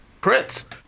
Prince